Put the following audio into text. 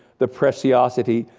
the preciousity,